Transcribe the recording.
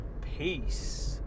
Peace